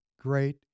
great